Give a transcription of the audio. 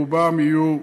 רובם יהיו,